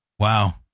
wow